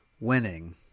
winning